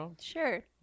sure